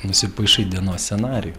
nusipaišai dienos scenarijų